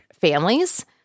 families